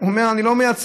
הוא אומר: אני לא מייצר.